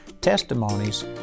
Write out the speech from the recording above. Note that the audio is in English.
TESTIMONIES